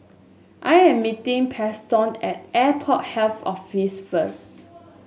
I am meeting Preston at Airport Health Office first